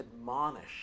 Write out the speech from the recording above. admonish